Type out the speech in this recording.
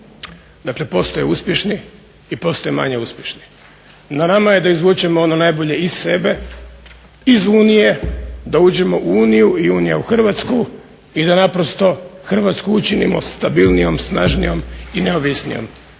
Dakle, postoje uspješni i postoje manje uspješni. Na nama je da izvučemo ono najbolje iz sebe, iz Unije, da uđemo u Uniju i Unija u Hrvatsku i da naprosto Hrvatsku učinimo stabilnijom, snažnijom i neovisnijom.